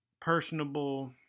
personable